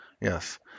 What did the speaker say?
Yes